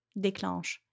déclenche